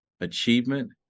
achievement